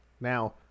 Now